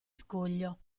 scoglio